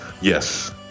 Yes